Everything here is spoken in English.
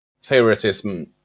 favoritism